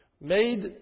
Made